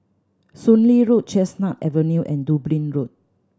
Soon Lee Road Chestnut Avenue and Dublin Road